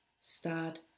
Start